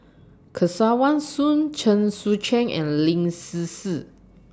Kesavan Soon Chen Sucheng and Lin Hsin Hsin